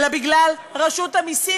אלא בגלל רשות המסים,